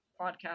podcast